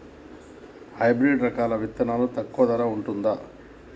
Hybrid రకాల విత్తనాలు తక్కువ ధర ఉంటుందా?